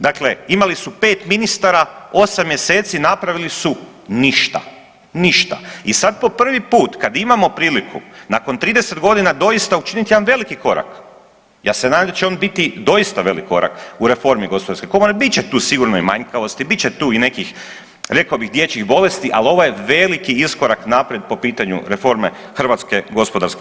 Dakle, imali su 5 ministara 8 mjeseci napravili su ništa, ništa i sad po prvi put kad imamo priliku nakon 30 godina doista učiniti jedan veliki korak, ja se nadam da će on biti doista velik korak u reformi gospodarske komore bit će tu sigurno i manjkavosti, bit će tu i nekih rekao bih dječjih bolesti ali ovo je veliki iskorak naprijed po pitanju reforme HGK.